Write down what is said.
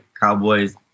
Cowboys